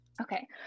Okay